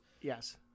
yes